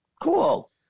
Cool